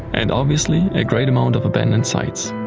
and obviously a great amount of abandoned sites.